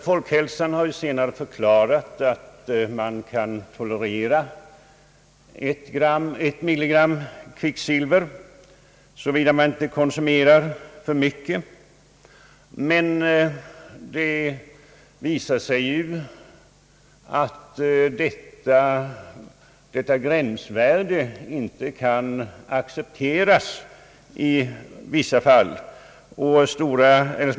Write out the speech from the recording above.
Folkhälsoinstitutet har senare förklarat att man kan tolerera 1 mg kvicksilver, såvida man inte konsumerar för mycket, men det visar sig att detta gränsvärde icke kan accepteras i vissa fall.